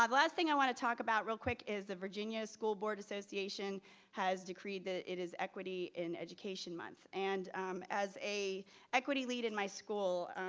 um last thing i want to talk about real quick is the virginia school board association has decreed that it is equity in education month and as a equity lead in my school.